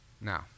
Now